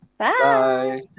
Bye